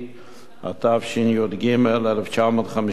התשי"ג 1953,